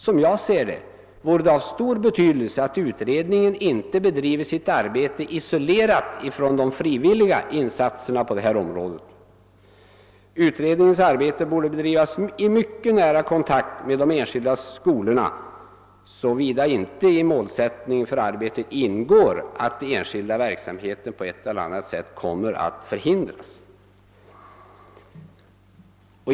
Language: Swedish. Som jag ser det vore det av stor betydelse att utredningen inte bedriver sitt utredningsarbete isolerat från de frivilliga insatserna på området. Utredningens arbete borde bedrivas i mycket nära kontakt med de enskilda skolorna såvida inte i målsättningen ingår att den enskilda verksamheten på ett eller annat sätt kommer att förhindras.